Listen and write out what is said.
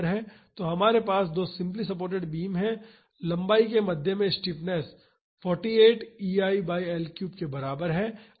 तो हमारे पास दो सिम्पली सपोर्टेड बीम हैं और लम्बाई के मध्य में स्टिफनेस 48 EI बाई L3 के बराबर है